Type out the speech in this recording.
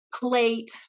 plate